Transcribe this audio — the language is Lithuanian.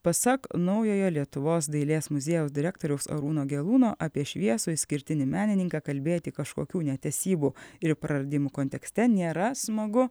pasak naujojo lietuvos dailės muziejaus direktoriaus arūno gelūno apie šviesų išskirtinį menininką kalbėti kažkokių netesybų ir praradimų kontekste nėra smagu